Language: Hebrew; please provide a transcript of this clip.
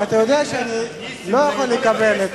הרי אתה יודע שאני לא יכול לקבל את